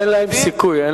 אין להם סיכוי.